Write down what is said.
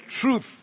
truth